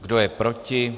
Kdo je proti?